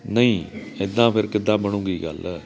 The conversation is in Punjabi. ਨਹੀਂ ਇੱਦਾਂ ਫਿਰ ਕਿੱਦਾਂ ਬਣੂਗੀ ਗੱਲ